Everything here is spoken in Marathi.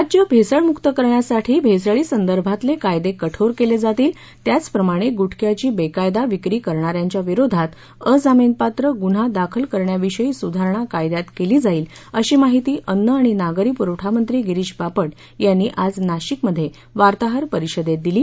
राज्य भेसळ मुक्त करण्यासाठी भेसळी संदर्भातले कायदे कठोर केले जातील त्याच प्रमाणं गुटख्याची बेकायदा विक्री करणा यांच्या विरोधात अजामीनपात्र गुन्हा दाखल करणं अशी सुधारणा कायद्यात केली जाईल अशी माहिती राज्याचे अन्न आणि नागरी पुरवठा मंत्री गिरीश बापट यांनी आज नाशिक मध्ये पत्रकार परिषदेत दिली